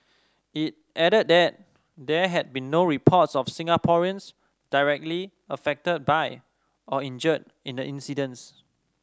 it added that there had been no reports of Singaporeans directly affected by or injured in the incidents